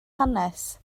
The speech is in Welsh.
hanes